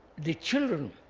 the children,